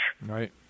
Right